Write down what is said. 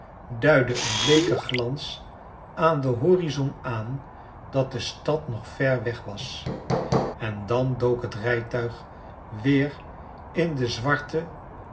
duidde een bleeke glans aan den horizon aan dat de stad nog ver weg was en dan dook het rijtuig weer in de zwarte